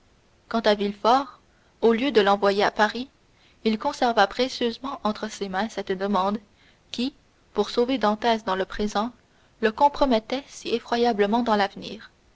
quand à villefort au lieu de l'envoyer à paris il conserva précieusement entre ses mains cette demande qui pour sauver dantès dans le présent le compromettait si effroyablement dans l'avenir